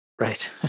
Right